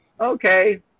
okay